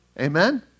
Amen